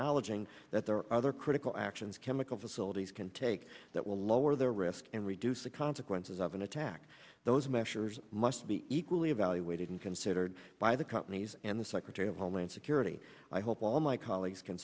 acknowledging that there are other critical actions chemical facilities can take that will lower their risk and reduce the consequences of an attack those measures must be equally evaluated in considered by the companies and the secretary of homeland security i hope all my colleagues can